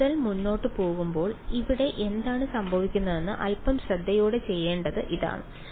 കൂടുതൽ മുന്നോട്ട് പോകുമ്പോൾ ഇവിടെ എന്താണ് സംഭവിക്കുന്നതെന്ന് അൽപ്പം ശ്രദ്ധയോടെ ചെയ്യേണ്ടത് ഇതാണ്